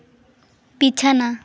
ᱵᱤᱪᱷᱟᱱᱟ